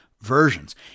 versions